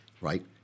right